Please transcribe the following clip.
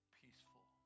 peaceful